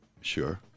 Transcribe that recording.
sure